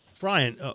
Brian